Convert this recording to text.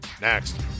next